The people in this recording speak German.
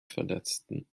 verletzten